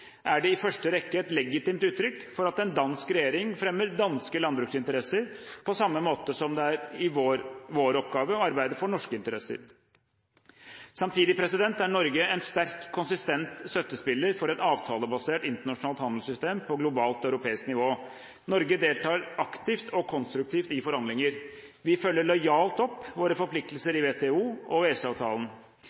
er det i første rekke et legitimt uttrykk for at en dansk regjering fremmer danske landbruksinteresser, på samme måte som det er vår oppgave å arbeide for norske interesser. Samtidig er Norge en sterk, konsistent støttespiller for et avtalebasert internasjonalt handelssystem på globalt og europeisk nivå. Norge deltar aktivt og konstruktivt i forhandlinger. Vi følger lojalt opp våre forpliktelser i WTO og